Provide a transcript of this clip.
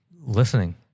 Listening